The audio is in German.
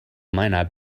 meiner